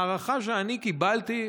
ההערכה שקיבלתי,